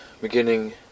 beginning